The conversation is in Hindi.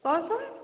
और सम